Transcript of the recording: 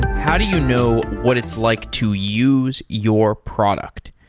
how do you know what it's like to use your product?